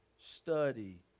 study